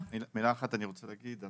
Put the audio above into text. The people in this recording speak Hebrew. מילה אחת יש לי רק להגיד.